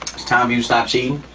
its time you stop cheating.